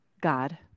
God